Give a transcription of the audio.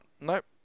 Nope